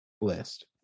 list